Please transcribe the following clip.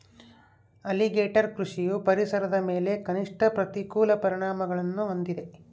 alligator ಕೃಷಿಯು ಪರಿಸರದ ಮೇಲೆ ಕನಿಷ್ಠ ಪ್ರತಿಕೂಲ ಪರಿಣಾಮಗುಳ್ನ ಹೊಂದಿದೆ